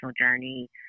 journey